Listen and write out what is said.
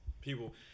people